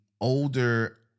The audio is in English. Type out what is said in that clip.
older